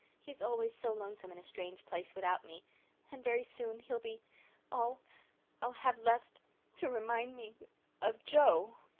he is always so lonesome in a strange place without me and very soon he'll be all i'll have left to remind me of joe.